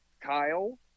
Kyle